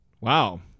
wow